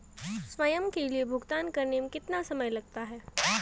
स्वयं के लिए भुगतान करने में कितना समय लगता है?